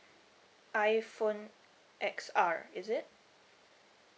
iphone X R is it